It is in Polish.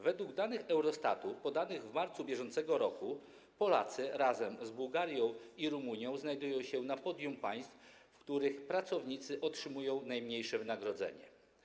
Według danych Eurostatu podanych w marcu br. Polacy razem z Bułgarią i Rumunią znajdują się na podium państw, w których pracownicy otrzymują najniższe wynagrodzenie.